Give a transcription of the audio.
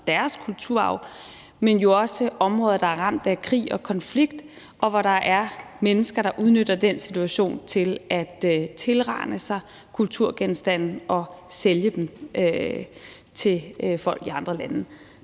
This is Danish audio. deres kulturarv, men jo også i områder, der er ramt af krig og konflikt, og hvor der er mennesker, der udnytter den situation til at tilrane sig kulturgenstande og sælge dem til folk i andre lande.